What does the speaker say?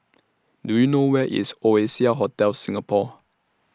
Do YOU know Where IS Oasia Hotel Singapore